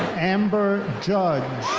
amber judge.